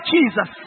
Jesus